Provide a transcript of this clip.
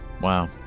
Wow